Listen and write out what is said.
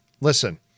listen